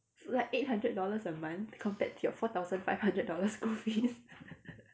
like eight hundred dollars a month compared to your four thousand five hundred dollars school fees